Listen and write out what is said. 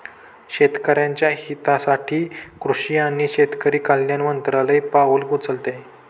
शेतकऱ्याच्या हितासाठी कृषी आणि शेतकरी कल्याण मंत्रालय पाउल उचलते